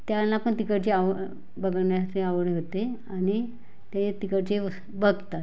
त्यांना पण तिकडची आव बघण्याची आवड होते आणि ते तिकडचे वस बघतात